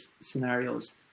scenarios